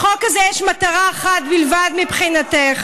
לחוק הזה יש מטרה אחת בלבד מבחינתך,